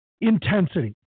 intensity